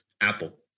Apple